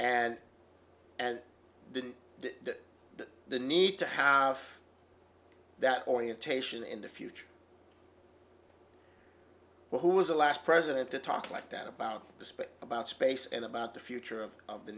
and and didn't the need to have that orientation in the future who was the last president to talk like that about the space about space and about the future of of the